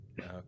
Okay